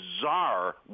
bizarre